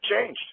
changed